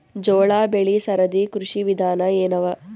ಜೋಳ ಬೆಳಿ ಸರದಿ ಕೃಷಿ ವಿಧಾನ ಎನವ?